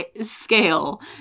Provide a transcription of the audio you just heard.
scale